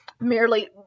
merely